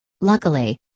Luckily